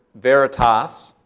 veritas.